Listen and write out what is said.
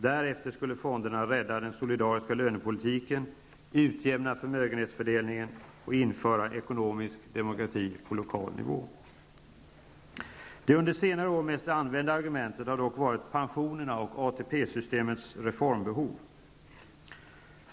Därefter skulle fonderna rädda den ''solidariska lönepolitiken'', utjämna förmögenhetsfördelningen och införa ''ekonomisk demokrati'' på lokal nivå. Det under senare år mest använda argumentet har dock varit ''pensionerna'' och ATP-systemets reformbehov.